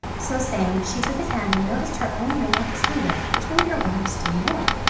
so saying she took his hand and noticed her own ring on his finger, which made her wonder still more.